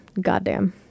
goddamn